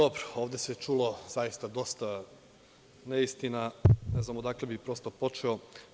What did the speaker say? Ovde se čulo zaista dosta neistina i ne znam odakle bih počeo.